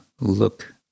look